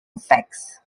effects